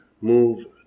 move